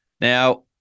Now